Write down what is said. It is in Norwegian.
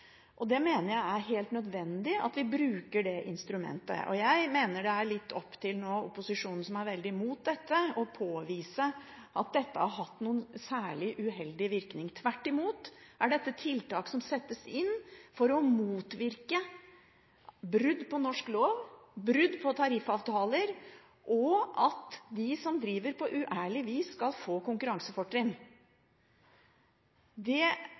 om. Jeg mener det er helt nødvendig at vi bruker det instrumentet. Og jeg mener det nå er litt opp til opposisjonen, som er veldig imot dette, å påvise at det har hatt noen særlig uheldig virkning. Tvert imot er dette tiltak som settes inn for å motvirke brudd på norsk lov og brudd på tariffavtaler, og at de som driver på uærlig vis, skal få konkurransefortrinn. I dag er det